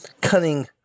cunning